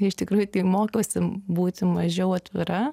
iš tikrųjų tai mokausi būti mažiau atvira